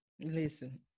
Listen